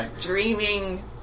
dreaming